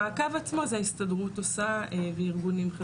המעקב עצמו זה ההסתדרות עושה וארגונים אחרים.